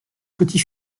petit